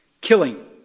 Killing